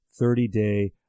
30-day